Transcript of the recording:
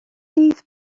fydd